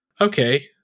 okay